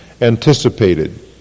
anticipated